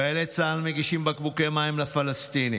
חיילי צה"ל מגישים בקבוקי מים לפלסטינים,